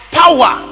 power